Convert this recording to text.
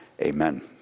Amen